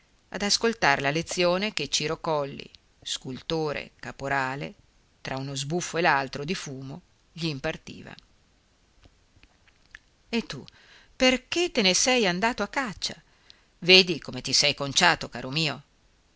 ad ascoltar la lezione che ciro colli scultore caporale tra uno sbuffo e l'altro di fumo gl'impartiva e tu perché te ne sei andato a caccia vedi come ti sei conciato caro mio